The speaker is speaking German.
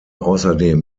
außerdem